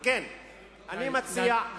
נא לסיים.